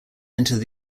entered